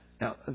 Now